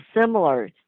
similar